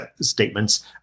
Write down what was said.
statements